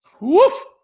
Woof